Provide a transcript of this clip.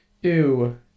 Ew